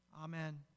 Amen